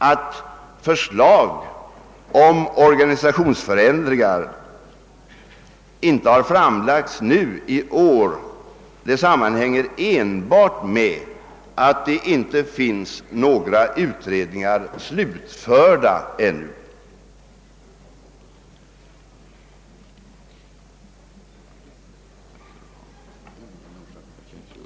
Att förslag om organisationsförändringar inte framlagts nu i år sammanhänger enbart med att det inte finns några utredningar slutförda ännu.